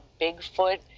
Bigfoot